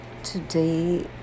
Today